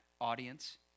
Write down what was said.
audience